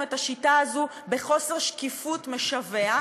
את השיטה הזאת בחוסר שקיפות משווע,